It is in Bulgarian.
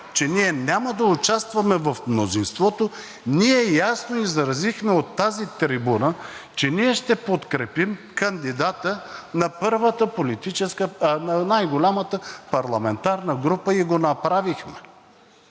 че ние няма да участваме в мнозинството, ние ясно изразихме от тази трибуна, че ще подкрепим кандидата на най-голямата парламентарна група и го направихме.